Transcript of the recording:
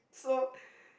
so